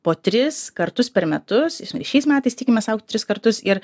po tris kartus per metus ir šiais metais tikimės augt tris kartus ir